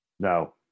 No